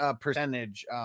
percentage